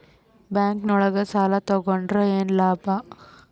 Bank ನೊಳಗ ಸಾಲ ತಗೊಂಡ್ರ ಏನು ಲಾಭ?